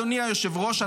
אדוני היושב-ראש,